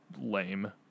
lame